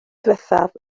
ddiwethaf